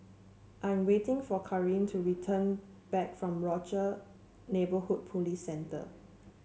I'm waiting for Karin to return back from Rochor Neighborhood Police Centre